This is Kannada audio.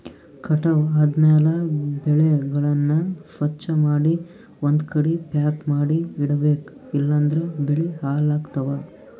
ಕಟಾವ್ ಆದ್ಮ್ಯಾಲ ಬೆಳೆಗಳನ್ನ ಸ್ವಚ್ಛಮಾಡಿ ಒಂದ್ಕಡಿ ಪ್ಯಾಕ್ ಮಾಡಿ ಇಡಬೇಕ್ ಇಲಂದ್ರ ಬೆಳಿ ಹಾಳಾಗ್ತವಾ